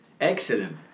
Excellent